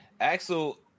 Axel